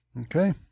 Okay